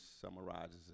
summarizes